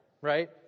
right